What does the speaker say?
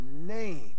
name